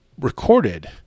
recorded